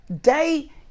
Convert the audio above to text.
day